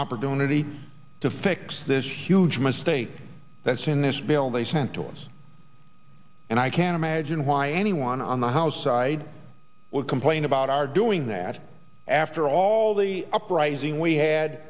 opportunity to fix this huge mistake that's in this bill they sent to us and i can't imagine why anyone on the house side would complain about our doing that after all the uprising we had